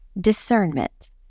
discernment